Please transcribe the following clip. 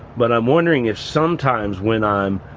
but i'm wondering if sometimes when i'm.